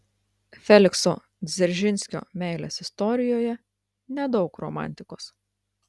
felikso dzeržinskio meilės istorijoje nedaug romantikos